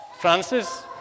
Francis